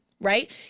right